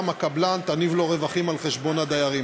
הקבלן יניב לו רווחים על חשבון הדיירים.